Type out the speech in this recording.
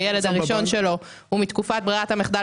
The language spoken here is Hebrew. הילד הראשון שלו הוא מתקופת ברירת המחדל